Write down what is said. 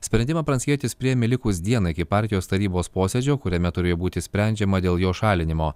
sprendimą pranckietis priėmė likus dienai iki partijos tarybos posėdžio kuriame turėjo būti sprendžiama dėl jo šalinimo